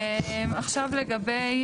עכשיו לגבי